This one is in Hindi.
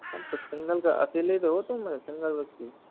हाँ तो सिंगल का अकेले ही तो हो तुम सिंगल व्यक्ति